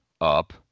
up